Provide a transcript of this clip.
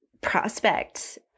prospect